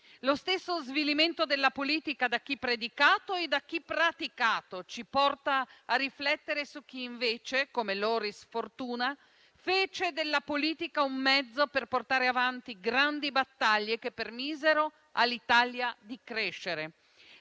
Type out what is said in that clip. Lo stesso svilimento della politica da chi predicato e da chi praticato ci porta a riflettere su chi invece, come Loris Fortuna, fece della politica un mezzo per portare avanti grandi battaglie che permisero all'Italia di crescere.